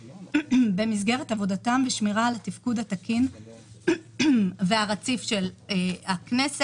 במסגרת עבודתם בשמירה על התפקוד התקין והרציף של הכנסת.